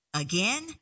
Again